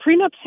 prenups